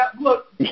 look